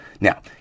Now